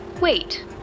Wait